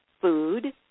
food